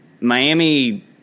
miami